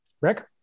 Rick